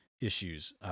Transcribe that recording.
issues